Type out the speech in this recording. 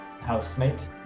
housemate